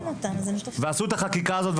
עשו את החקיקה הזו,